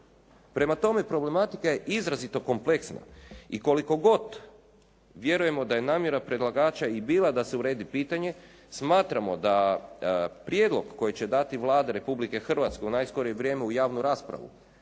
Prema tome problematika je izrazito kompleksna i koliko god vjerujemo da je namjera predlagača i bila da se uredi pitanje smatramo da prijedlog koji će dati Vlada Republike Hrvatske u najskorije vrijeme u javnu raspravu